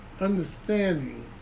understanding